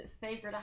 favorite